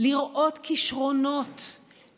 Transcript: לראות כישרונות,